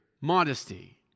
modesty